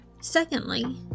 secondly